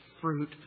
fruit